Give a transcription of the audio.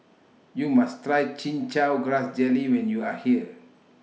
YOU must Try Chin Chow Grass Jelly when YOU Are here